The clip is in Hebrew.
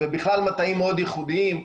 ובכלל מטעים מאוד ייחודיים.